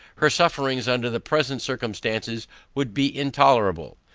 her sufferings under the present circumstances would be intolerable.